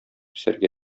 үсәргә